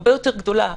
הרבה יותר גדולה.